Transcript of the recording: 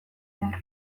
behar